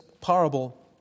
parable